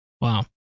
Wow